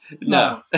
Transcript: No